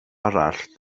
arall